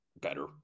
better